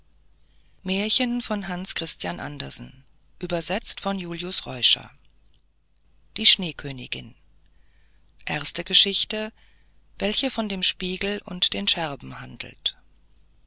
die schneekönigin in sieben geschichten erste geschichte welche von dem spiegel und den scherben handelt